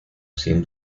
sin